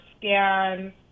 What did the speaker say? scan